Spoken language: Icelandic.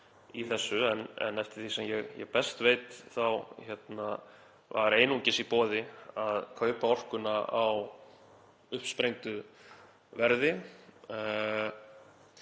í þessu en eftir því sem ég best veit þá var einungis í boði að kaupa orkuna á uppsprengdu verði.